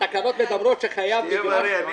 התקנות מדברות שחייבים --- סליחה,